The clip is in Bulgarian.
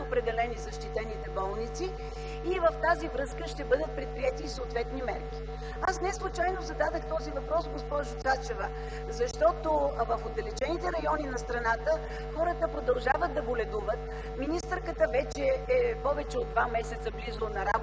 определени защитените болници. В тази връзка ще бъдат предприети съответни мерки. Аз неслучайно зададох този въпрос, госпожо Цачева, защото в отдалечените райони на страната хората продължават да боледуват, министърката вече е повече от два месеца близо на работа,